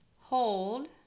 Hold